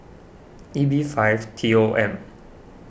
E B five T O M